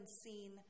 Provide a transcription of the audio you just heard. seen